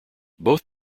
both